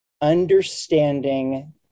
understanding